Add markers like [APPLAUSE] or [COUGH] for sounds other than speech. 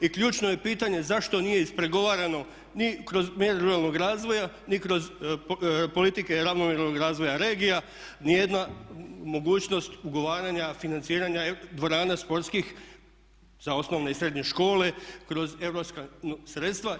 I ključno je pitanje zašto nije ispregovarano ni kroz … [UNINTELLIGIBLE] ruralnog razvoja ni kroz politike ravnomjernog razvoja regija ni jedna mogućnost ugovaranja financiranja dvorana sportskih za osnovne i srednje škole kroz europska sredstva.